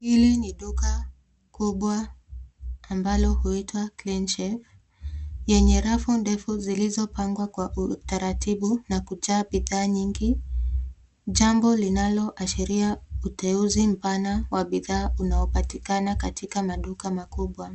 Hili ni duka kubwa ambalo huitwa Cleanshelf yenye rafu ndefu zilizopangwa kwa utaratibu na kujaa bidhaa nyingi, jambo linaloashiria uteuzi mpana wa bidhaa unaopatikana katika maduka makubwa.